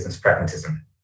pragmatism